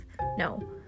No